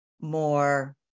more